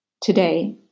Today